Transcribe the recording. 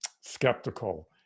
skeptical